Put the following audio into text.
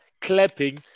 clapping